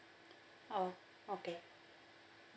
oh okay